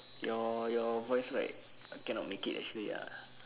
your your voice right cannot make it actually ah